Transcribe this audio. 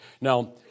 Now